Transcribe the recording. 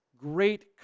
Great